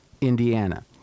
Indiana